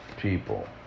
people